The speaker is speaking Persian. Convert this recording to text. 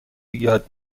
یاد